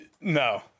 No